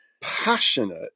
passionate